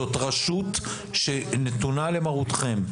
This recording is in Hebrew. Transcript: זאת רשות שנתונה למרותכם,